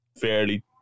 fairly